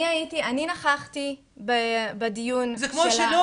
אני נכחתי בדיון שלה --- זה כמו שלא